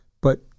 but-